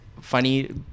funny